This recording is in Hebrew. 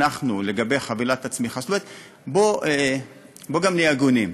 אנחנו, לגבי חבילת הצמיחה, בוא גם נהיה הגונים: